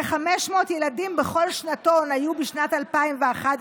כ-500 ילדים בכל שנתון היו בשנת 2011,